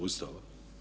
Ustava.